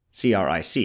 CRIC